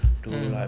mm